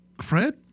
Fred